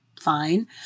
fine